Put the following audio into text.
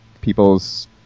people's